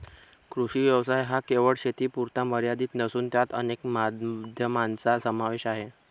कृषी व्यवसाय हा केवळ शेतीपुरता मर्यादित नसून त्यात अनेक माध्यमांचा समावेश आहे